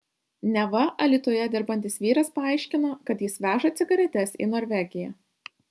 neva alytuje dirbantis vyras paaiškino kad jis veža cigaretes į norvegiją